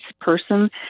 person